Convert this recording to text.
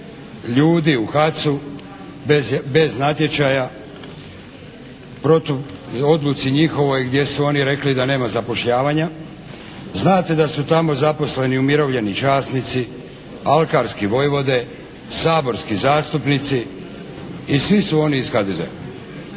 ljudi u HAC-u bez natječaja protu odluci njihovoj gdje su oni rekli da nema zapošljavanja. Znate da su tamo zaposleni umirovljeni časnici, alkarski vojvode, saborski zastupnici i svi su oni iz HDZ-a.